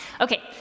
Okay